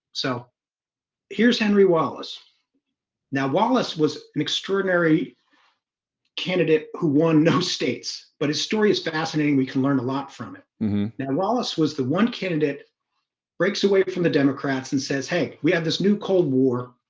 so here's henry wallace now wallace was an extraordinary candidate who won no states but his story is fascinating we can learn a lot from it now wallace was the one candidate breaks away from the democrats and says, hey we have this new cold war